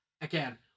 Again